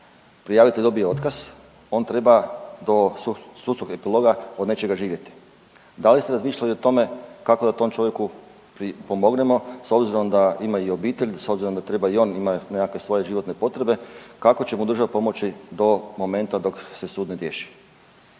prijavitelj dobije otkaz. On treba do sudskog epiloga od nečega živjeti. Da li ste razmišljali o tome kako da tom čovjeku pripomognemo s obzirom da ima i obitelj, s obzirom da treba i on treba imati nekakve svoje životne potrebe. Kako će mu država pomoći do momenta dok se sud ne riješi?